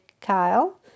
Kyle